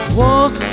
walk